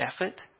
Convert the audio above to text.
effort